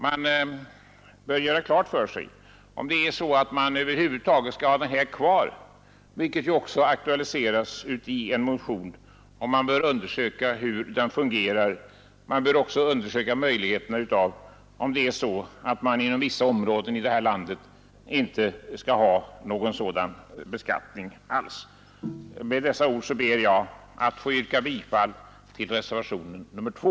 Man bör göra klart för sig om man över huvud taget skall ha avgiften kvar, vilket aktualiserats i en motion. Man bör undersöka hur avgiften fungerar, och om det är så att man inom vissa områden i det här landet inte skall ha någon sådan beskattning alls. Med dessa ord ber jag att få yrka bifall till reservationen 2.